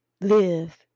live